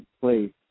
place